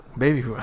baby